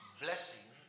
blessing